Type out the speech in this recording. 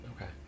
Okay